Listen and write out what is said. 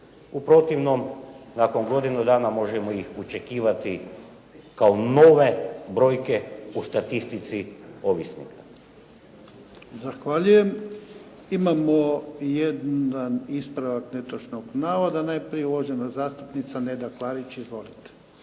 U protivnom nakon godinu dana možemo ih očekivati kao nove brojke u statistici ovisnika. **Jarnjak, Ivan (HDZ)** Zahvaljujem. Imamo jedan ispravak netočnog navoda. Najprije uvažena zastupnica Neda Klarić. Izvolite.